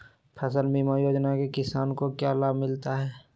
फसल बीमा योजना से किसान को क्या लाभ मिलता है?